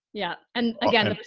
yeah, and again,